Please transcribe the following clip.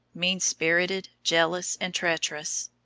mean-spirited, jealous and treacherous.